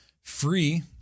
free